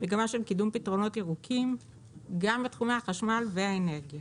מגמה של קידום פתרונות ירוקים גם בתחומי החשמל והאנרגיה.